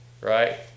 right